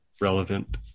relevant